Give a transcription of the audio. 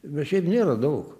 bet šiaip nėra daug